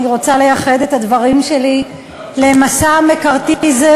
אני רוצה לייחד את הדברים שלי למסע המקרתיזם,